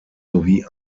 sowie